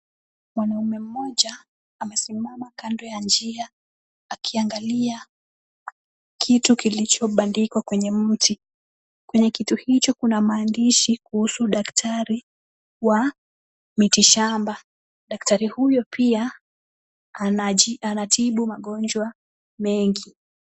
Wanaume mmoja amesimama kando ya njia, akiangalia kitu kilichobandikwa kwenye mti. Kwenye kitu hicho kuna maandishi kuhusu daktari wa mitishamba. Daktari huyo pia anatibu magonjwa mengi.